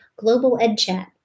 GlobalEdChat